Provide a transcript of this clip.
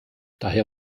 daher